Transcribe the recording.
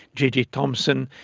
jj thomson,